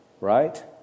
Right